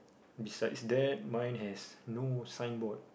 beside that mine has no sign board